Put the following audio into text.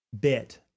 bit